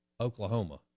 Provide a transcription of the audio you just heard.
Oklahoma